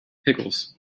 pickles